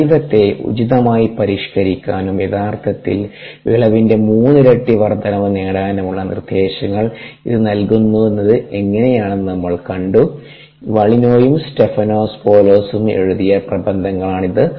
ജൈവത്തെ ഉചിതമായി പരിഷ്ക്കരിക്കാനും യഥാർത്ഥത്തിൽ വിളവിന്റെ മൂന്നിരട്ടി വർദ്ധനവ് നേടാനുമുള്ള നിർദ്ദേശങ്ങൾ ഇത് നൽകുന്നത് എങ്ങനെയെന്ന് നാം കണ്ടു വള്ളിനോയും സ്റ്റെഫനോപോ ലോസും എഴുതിയ പ്രബന്ധമാണിത്